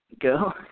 go